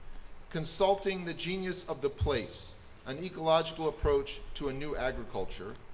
consulting the genius of the place an ecological approach to a new agriculture,